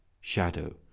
shadow